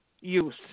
use